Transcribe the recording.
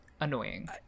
annoying